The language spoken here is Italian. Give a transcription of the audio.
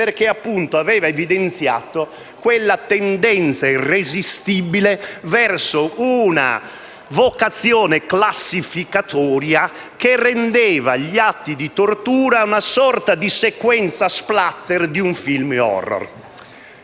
perché, appunto, aveva evidenziato quella tendenza irresistibile verso una vocazione classificatoria che rendeva gli atti di tortura una sorta di sequenza *splatter* di un film *horror*.